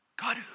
God